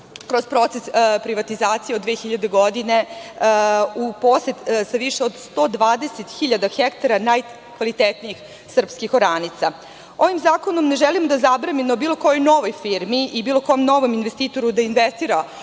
kroz proces privatizacije od 2000. godine, u posed sa više od 120 hiljada hektara najkvalitetnijih srpskih oranica. Ovim zakonom ne želimo da zabranimo bilo kojoj novoj firmi i bilo kom novom investitoru da investira